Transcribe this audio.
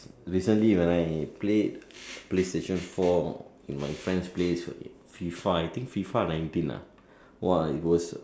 recently when I played playstation four in my friend's place F_I_F_A I think F_I_F_A nineteen ah !wah! it was